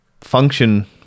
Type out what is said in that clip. function